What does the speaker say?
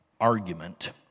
argument